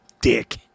dick